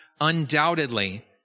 undoubtedly